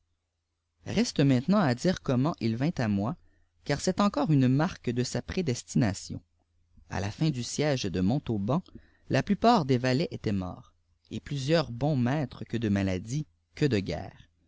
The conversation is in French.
reste maintenant h dire comment il vint à mbi car c'jést sllr core une marque de sa prédestination a la fin dii éiégë db bïqtfri tauban la plupart des valets étaient ms et plusiëul wi maîtres que de maladie que de guerre